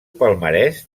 palmarès